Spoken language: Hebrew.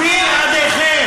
בלעדיכם.